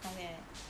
something like that